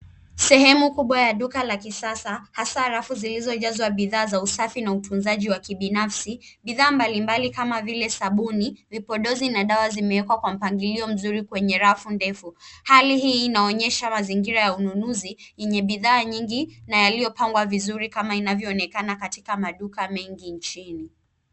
Sehemu kubwa ya duka la kisasa, hasaa rafu zilizojazwa bidhaa za usafi na utunzaji wa kibinafsi. Bidhaa mbalimbali kama vile sabuni, vipodozi na dawa zimewekwa kwa mpangilio mzuri kwenye rafu ndefu. hai hii inaonyesha mzingira ya ununuzi yenye bidhaa nyingi na yaliyopangwa vizuri kama kama inavyoonekana katika maduka mengi nchini.